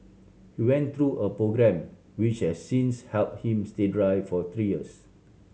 he went through a programme which has since helped him stay dry for three years